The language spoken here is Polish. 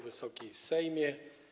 Wysoki Sejmie!